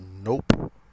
Nope